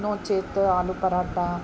नो चेत् आलूपराट